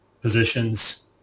positions